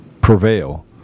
prevail